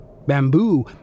Bamboo